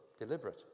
deliberate